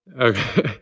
Okay